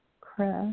Chris